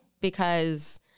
because-